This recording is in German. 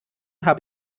habe